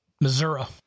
Missouri